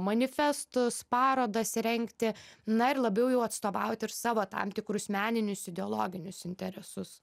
manifestus parodas rengti na ir labiau jau atstovauti ir savo tam tikrus meninius ideologinius interesus